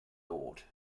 lord